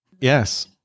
Yes